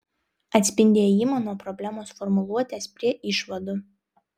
atspindi ėjimą nuo problemos formuluotės prie išvadų